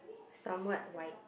somewhat white